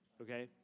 okay